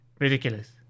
Ridiculous